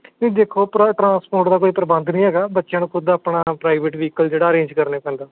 ਨਹੀਂ ਦੇਖੋ ਟਰਾਂ ਟਰਾਂਸਪੋਰਟ ਦਾ ਕੋਈ ਪ੍ਰਬੰਧ ਨਹੀਂ ਹੈਗਾ ਬੱਚਿਆਂ ਦਾ ਖੁਦ ਆਪਣਾ ਪ੍ਰਾਈਵੇਟ ਵਹੀਕਲ ਜਿਹੜਾ ਅਰੇਂਜ ਕਰਨੇ ਪੈਂਦਾ